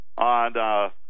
on